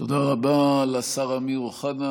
תודה רבה לשר אמיר אוחנה.